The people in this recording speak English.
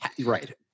Right